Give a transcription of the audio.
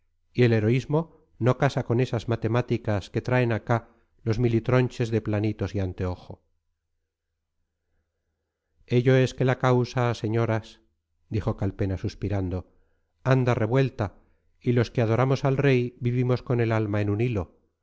y el heroísmo no casa con esas matemáticas que traen acá los militronches de planitos y anteojo ello es que la causa señoras dijo calpena suspirando anda revuelta y los que adoramos al rey vivimos con el alma en un hilo